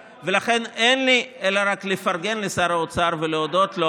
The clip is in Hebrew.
אין לי אלא לפרגן לשר האוצר ולהודות לו